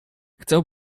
chcę